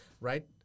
right